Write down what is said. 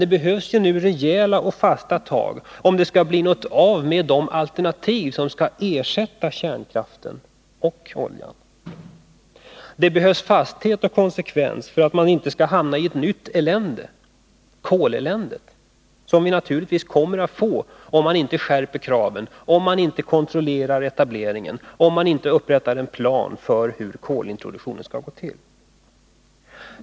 Det behövs nu rejäla och fasta tag, om det skall bli något av med de alternativ som skall ersätta kärnkraften och oljan. Det behövs fasthet och konsekvens för att vi inte skall hamna i ett nytt elände — koleländet. Och det kommer vi snart att få, om vi inte skärper kraven, om vi inte kontrollerar etableringen, om vi inte upprättar en plan för hur kolintroduktionen skall gå till.